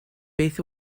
beth